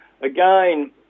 Again